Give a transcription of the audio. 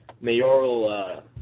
mayoral